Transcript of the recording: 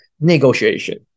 negotiation